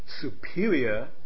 superior